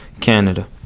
canada